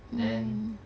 mm